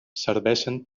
serveixen